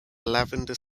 lavender